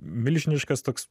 milžiniškas toks